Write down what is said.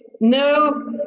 no